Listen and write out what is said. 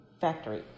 factory